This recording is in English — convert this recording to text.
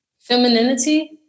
Femininity